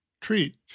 treat